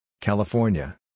California